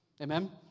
Amen